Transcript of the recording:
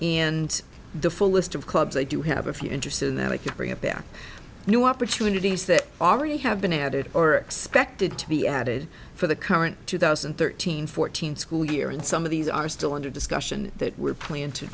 and the full list of clubs i do have a few interested in that i could bring up their new opportunities that already have been added or expected to be added for the current two thousand and thirteen fourteen school year and some of these are still under discussion that we're plan to